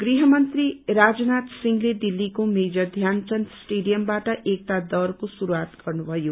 गृहमन्त्री राजनाथ सिंहले दिल्लीको मेजर ध्यानचन्द स्टेडियमबाट एकता दौड़ शुरूआत गर्नुभयो